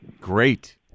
Great